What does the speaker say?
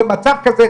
במצב כזה,